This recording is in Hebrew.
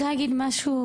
רוצה להגיד משהו,